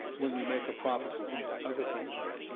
when we make a profit, in other things on it.